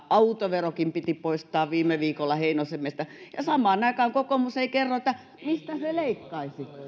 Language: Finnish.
autoverokin piti poistaa heinosen mielestä ja samaan aikaan kokoomus ei kerro mistä se leikkaisi